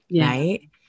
Right